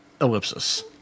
Ellipsis